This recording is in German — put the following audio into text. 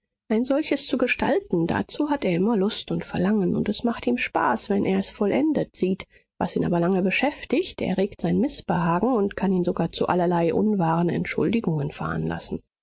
ein solches zu gestalten dazu hat er immer lust und verlangen und es macht ihm spaß wenn er es vollendet sieht was ihn aber lange beschäftigt erregt sein mißbehagen und kann ihn sogar zu allerlei unwahren entschuldigungen veranlassen